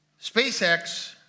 SpaceX